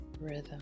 rhythm